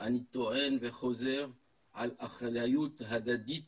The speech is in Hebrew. אני טוען וחוזר על אחריות הדדית